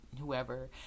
whoever